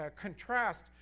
contrast